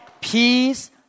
peace